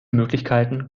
möglichkeiten